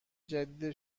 جدید